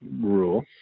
rule